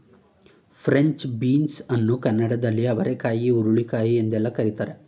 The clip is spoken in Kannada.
ಫ್ರೆಂಚ್ ಬೀನ್ಸ್ ಅನ್ನು ಕನ್ನಡದಲ್ಲಿ ಅವರೆಕಾಯಿ ಹುರುಳಿಕಾಯಿ ಎಂದೆಲ್ಲ ಕರಿತಾರೆ